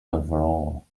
overall